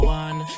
one